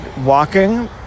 walking